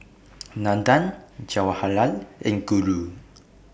Nandan Jawaharlal and Guru